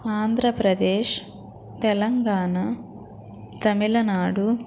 Andhra Pradesh Telangana Tamil Nadu